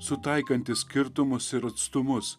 sutaikanti skirtumus ir atstumus